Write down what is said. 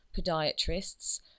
podiatrists